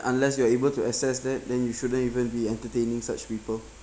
unless you are able to access that then you shouldn't even be entertaining such people